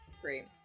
Great